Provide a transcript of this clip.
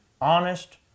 honest